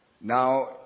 Now